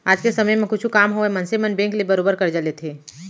आज के समे म कुछु काम होवय मनसे मन बेंक ले बरोबर करजा लेथें